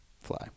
Fly